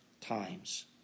times